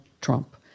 Trump